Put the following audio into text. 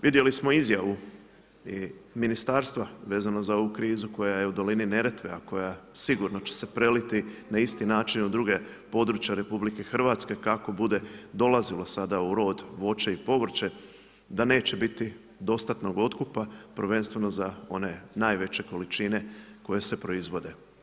Vidjeli smo izjavu i ministarstva vezanu za ovu krizu, koja je u dolini Neretve, a koja sigurno će se preliti na isti način u druge područje RH, kako bude dolazilo sada u rod voće i povrće da neće biti dostatnog otkupa prvenstveno za one najveće količine koje se proizvode.